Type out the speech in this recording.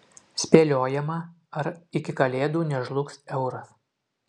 spėliojama ar iki kalėdų nežlugs euras